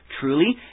truly